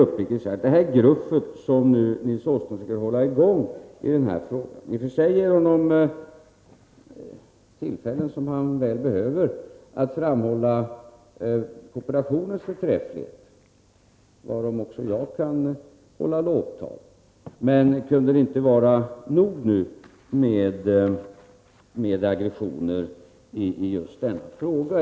Uppriktigt sagt: Det gruff som Nils Åsling försöker hålla i gång i den här frågan ger honom i och för sig tillfällen som han väl behöver att framhålla kooperationens förträfflighet — varom också jag kan hålla lovtal - men kunde det inte vara nog nu med aggressioner i just denna fråga?